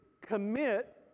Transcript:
commit